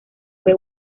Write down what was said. fue